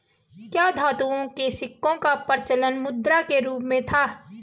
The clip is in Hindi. क्या धातुओं के सिक्कों का प्रचलन मुद्रा के रूप में था?